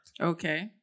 okay